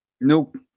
Nope